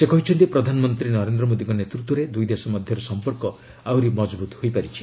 ସେ କହିଛନ୍ତି ପ୍ରଧାନମନ୍ତ୍ରୀ ନରେନ୍ଦ୍ର ମୋଦୀଙ୍କ ନେତୂତ୍ୱରେ ଦୁଇଦେଶ ମଧ୍ୟରେ ସଂପର୍କ ଆହୁରି ମଜବୁତ ହୋଇପାରିଛି